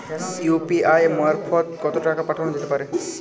UPI মারফত কত টাকা পাঠানো যেতে পারে?